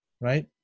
right